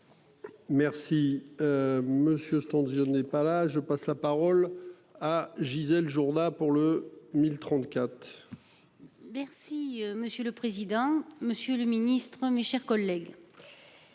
Merci. Monsieur temps de viande n'est pas là je passe la parole à Gisèle Jourda pour le 1034. Merci monsieur le président, Monsieur le Ministre, mes chers collègues.